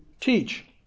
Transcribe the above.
teach